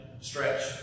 stretch